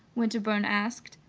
winterbourne asked.